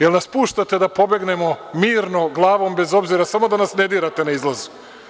Da li nas puštate da pobegnemo mirno, glavom bez obzira samo da nas ne dirate na izlazu.